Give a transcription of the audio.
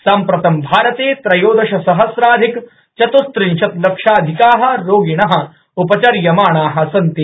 साम्प्रतं भारते त्रयोदश सहस्राधिक चतुस्त्रिंशत् लक्षाधिका रोगिण उपचर्यमाणा सन्ति